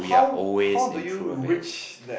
how how do you reach that